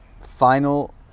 final